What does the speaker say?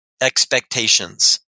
expectations